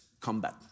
combat